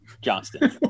Johnston